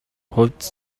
хувьд